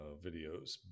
videos